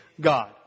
God